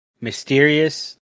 Mysterious